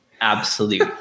absolute